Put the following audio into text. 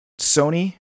Sony